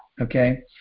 Okay